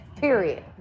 Period